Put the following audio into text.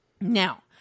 Now